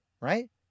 right